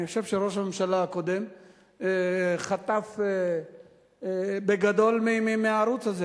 אני חושב שראש הממשלה הקודם חטף בגדול מהערוץ הזה,